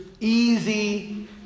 easy